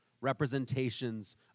representations